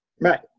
Right